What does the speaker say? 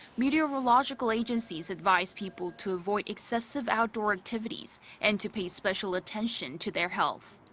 meteorological agencies advise people to avoid excessive outdoor activities and to pay special attention to their health.